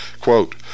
quote